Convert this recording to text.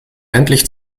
endlich